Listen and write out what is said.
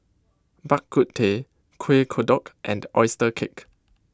Bak Kut Teh Kueh Kodok and Oyster Cake